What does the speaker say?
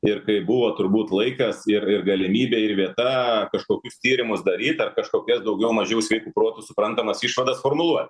ir kai buvo turbūt laikas ir ir galimybė ir vieta kažkokius tyrimus daryt ar kažkokias daugiau mažiau sveiku protu suprantamas išvadas formuluot